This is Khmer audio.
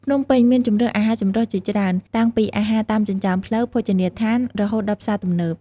ភ្នំពេញមានជម្រើសអាហារចម្រុះជាច្រើន តាំងពីអាហារតាមចិញ្ចើមផ្លូវ ភោជនីយដ្ឋាន រហូតដល់ផ្សារទំនើប។